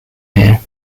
here